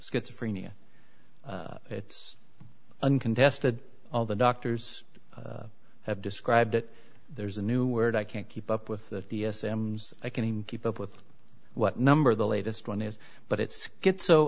schizophrenia it's uncontested all the doctors have described it there's a new word i can't keep up with the sams i can't even keep up with what number the latest one is but it's gets so